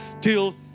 till